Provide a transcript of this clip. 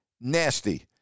nasty